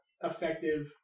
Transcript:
effective